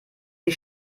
sie